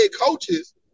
coaches